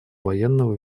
военного